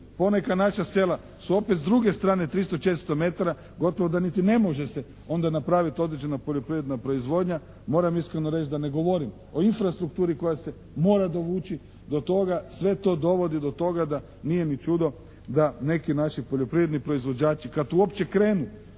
Poneka naša sela su opet s druge strane 300, 400 metara gotovo da niti ne može se onda napraviti određena poljoprivredna proizvodnja moram iskreno reći da ne govorim o infrastrukturi koja se mora dovući do toga. Sve to dovodi do toga da nije ni čudo neki naši poljoprivredi proizvođači kad uopće krenu